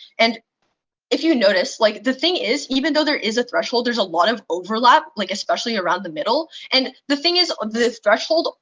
and if you notice, like the thing is even though there is a threshold there's a lot of overlap, like especially around the middle. and the thing is the threshold,